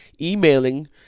emailing